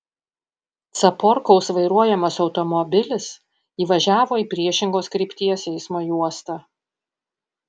caporkaus vairuojamas automobilis įvažiavo į priešingos krypties eismo juostą